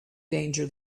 danger